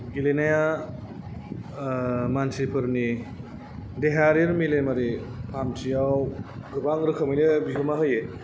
गेलेनाया मानसिफोरनि देहायारि मेलेमारि फाहामथियाव गोबां रोखोमैनो बिहोमा होयो